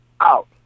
out